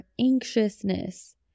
anxiousness